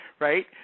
right